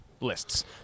lists